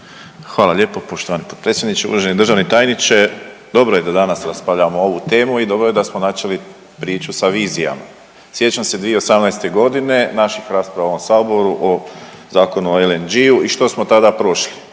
Hvala lijepo poštovani potpredsjedniče. Uvaženi državni tajniče, dobro je da danas raspravljamo ovu temu i dobro je da smo načeli priču sa vizijama. Sjećam se 2018. godine naših rasprava u ovom saboru o Zakonu o LNG-u i što smo tada prošli.